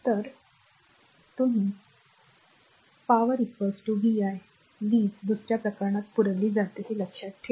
तर फक्त धरून ठेवा जर तुम्ही या r वर आलात तर ही r p VI वीज दुसऱ्या प्रकरणात पुरवली जाते